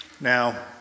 Now